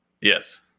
Yes